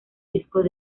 discos